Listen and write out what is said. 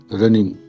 running